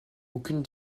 aucune